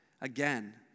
again